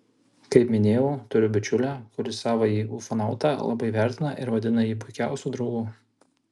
kaip minėjau turiu bičiulę kuri savąjį ufonautą labai vertina ir vadina jį puikiausiu draugu